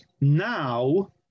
now